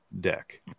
Deck